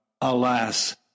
Alas